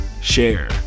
share